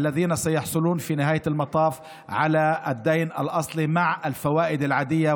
אשר יקבלו בסופו של דבר את החוב המקורי עם הריביות הרגילות,